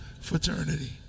fraternity